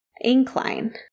incline